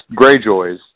Greyjoys